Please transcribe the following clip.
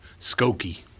Skokie